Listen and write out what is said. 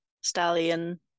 stallion